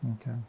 Okay